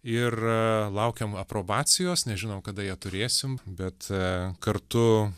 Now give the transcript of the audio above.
ir laukiam aprobacijos nežinau kada ją turėsim bet kartu